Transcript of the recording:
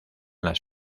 las